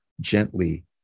gently